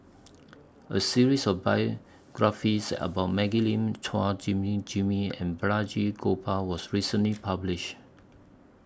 A series of biographies about Maggie Lim Chua Jimmy Jimmy and Balraj Gopal was recently published